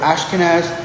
Ashkenaz